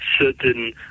Certain